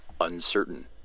Uncertain